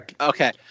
okay